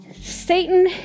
Satan